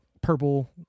purple